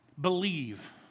believe